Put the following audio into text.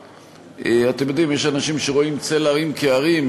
אתם יודעים, יש אנשים שרואים צל הרים כהרים.